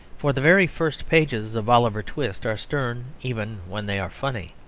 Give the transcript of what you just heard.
for the very first pages of oliver twist are stern even when they are funny.